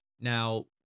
now